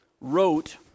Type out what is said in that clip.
wrote